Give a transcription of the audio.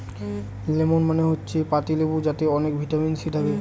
lemon মানে হচ্ছে পাতি লেবু যাতে অনেক ভিটামিন সি থাকে